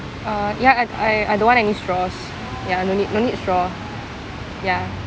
uh ya I I I don't want any straws ya no need no need straw ya